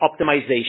optimization